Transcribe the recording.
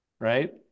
right